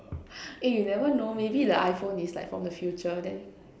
eh you never know maybe the iPhone is like from the future then